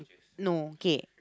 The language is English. no kay